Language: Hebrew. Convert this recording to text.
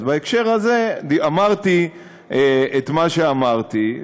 אז בהקשר הזה אמרתי את מה שאמרתי.